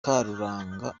karuranga